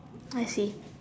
I see